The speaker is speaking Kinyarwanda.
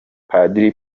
padiri